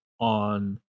On